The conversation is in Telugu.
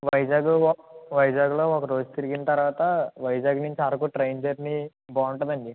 వైజాగ్లో ఒ వైజాగ్లో ఒకరోజు తిరిగిన తర్వాత వైజాగ్ నుంచి అరకు ట్రైన్ జర్నీ బాగుంటుందండి